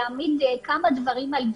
להעמיד כמה דברים על דיוקם.